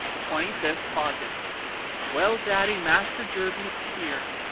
twenty fifth august well, daddy, master jervie's here.